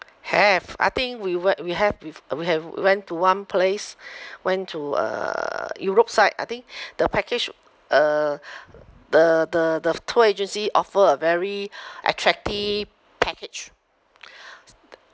have I think we were we have with we have went to one place went to uh europe side I think the package uh the the the tour agency offer a very attractive package